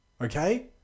Okay